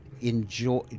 enjoy